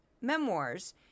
memoirs